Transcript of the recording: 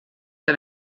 que